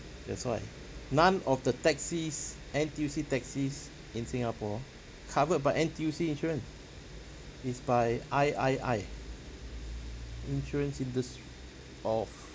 that's why none of the taxis N_T_U_C taxis in singapore covered by N_T_U_C insurance it's by I_I_I insurance indus~ of